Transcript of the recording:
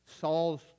Saul's